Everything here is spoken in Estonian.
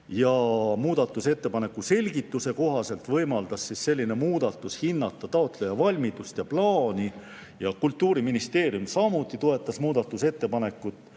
Muudatusettepaneku selgituse kohaselt võimaldaks selline muudatus hinnata taotleja valmidust ja plaani. Kultuuriministeerium toetas muudatusettepanekut,